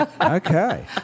okay